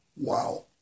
Wow